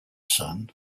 son